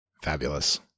Fabulous